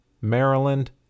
Maryland